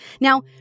Now